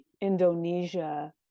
Indonesia